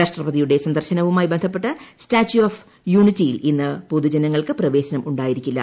രാഷ്ട്രപതിയുടെ സന്ദർശനവുമായി ബന്ധപ്പെട്ട് സ്റ്റാച്ച്യൂ ഓഫ് യൂണിറ്റിയിൽ ഇന്ന് പൊതുജനങ്ങൾക്ക് പ്രിപ്പേശനം ഉണ്ടായിരിക്കില്ല